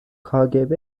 کاگب